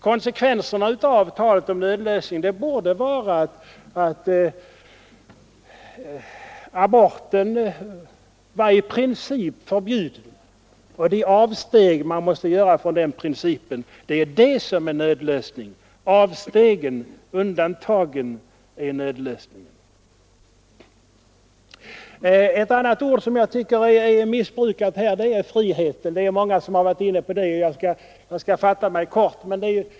Konsekvenserna av talet om nödlösning borde vara att aborten blev i princip förbjuden. De avsteg som måste göras från denna princip skulle då verkligen innebära en nödlösning. Ett annat missbrukat ord är ”frihet”. Många har berört den. Jag skall därför fatta mig kort.